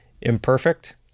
imperfect